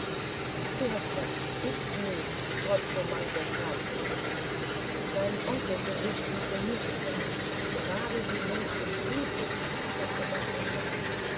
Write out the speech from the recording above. du hast recht ich nie trotz so mancher strafpredigt dein onkelgesicht imponierte mir nicht gerade wie milch und blut ist's sagte bärbe immer